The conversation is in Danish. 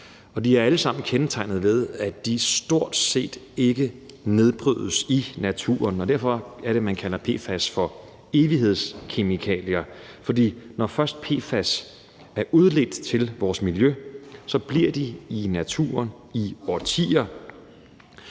og de er alle sammen kendetegnet ved, at de stort set ikke nedbrydes i naturen. Derfor kalder man PFAS for evighedskemikalier. Når først PFAS er udledt til vores miljø, bliver de i naturen i årtier.